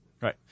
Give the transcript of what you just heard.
Right